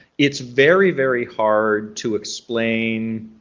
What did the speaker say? it's very very hard to explain,